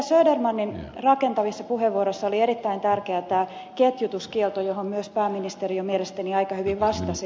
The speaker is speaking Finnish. södermanin rakentavissa puheenvuoroissa oli erittäin tärkeä tämä ketjutuskielto johon myös pääministeri mielestäni jo aika hyvin vastasi